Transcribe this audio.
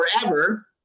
forever